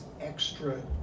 extra-